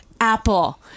Apple